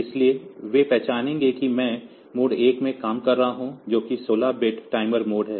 इसलिए वे पहचानेंगे कि मैं मोड 1 में काम कर रहा हूं जो कि 16 बिट टाइमर मोड है